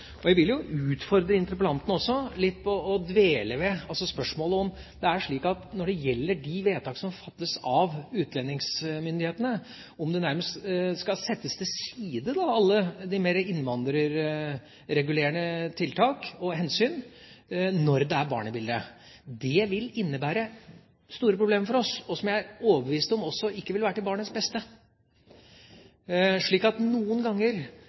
Jeg vil utfordre interpellanten også litt på å dvele ved spørsmålet om det er slik at når det gjelder de vedtak som fattes av utlendingsmyndighetene, skal alle de mer innvandrerregulerende tiltak og hensyn når det er barn i bildet, nærmest settes til side. Det vil innebære store problemer for oss, som jeg er overbevist om heller ikke vil være til barnets beste. Så noen ganger